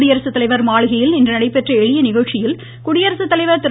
குடியரசுத்தலைவர் மாளிகையில் இன்று நடைபெற்ற எளிய நிகழ்ச்சியில் குடியரசுத் தலைவர் திரு